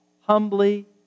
humbly